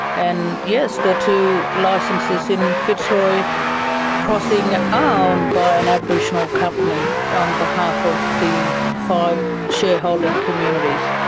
and yes, the two licenses in fitzroy crossing are owned by an aboriginal company on behalf of the five shareholding communities.